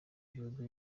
gihugu